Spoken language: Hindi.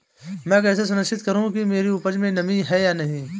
मैं कैसे सुनिश्चित करूँ कि मेरी उपज में नमी है या नहीं है?